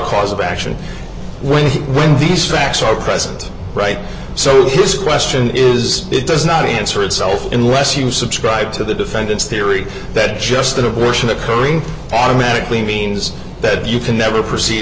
cause of action when these facts are present right so his question is it does not answer itself unless you subscribe to the defendant's theory that just an abortion occurring automatically means that you can never proceed